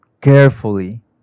carefully